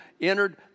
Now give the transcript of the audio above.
entered